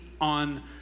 on